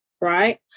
right